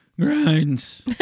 grinds